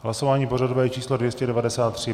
Hlasování pořadové číslo 293.